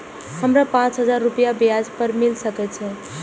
हमरा पाँच हजार रुपया ब्याज पर मिल सके छे?